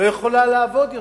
לא יכולה לעבוד יותר.